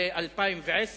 ל-2010.